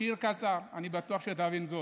שיר קצר, אני בטוח שתבין זאת,